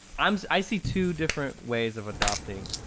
um so i see two different ways of adopting,